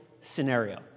scenario